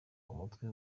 umutwe